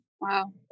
Wow